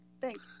Thanks